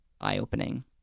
eye-opening